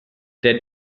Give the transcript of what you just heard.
der